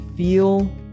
Feel